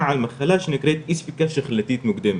על מחלה שנקראת אי ספיקת --- מוקדמת,